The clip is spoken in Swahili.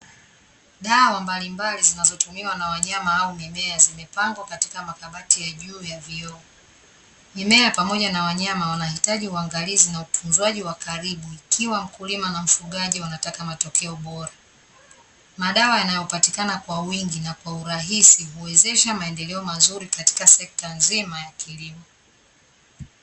Dawa mbalimbali zinazotumiwa na wanyama au mimea zimepangwa katika makabati ya juu ya vioo. Mimea pamoja na wanyama wanahitaji uangalizi na utunzwaji wa karibu ikiwa mkulima na mfugaji wanataka matokeo bora. Madawa yanayopatikana kwa wingi na kwa urahisi huwezesha maendeleo mazuri katika sekta nzima ya kilimo.